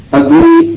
agree